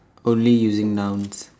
only using nouns